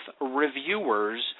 reviewers